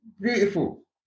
beautiful